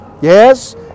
Yes